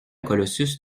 colossus